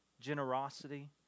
generosity